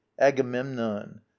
Agamemnon